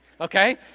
Okay